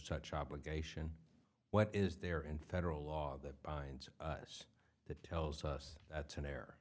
such obligation what is there in federal law that binds us that tells us that's an air